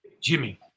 Jimmy